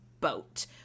boat